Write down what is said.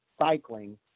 cycling